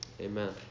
Amen